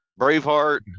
Braveheart